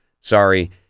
Sorry